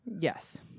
Yes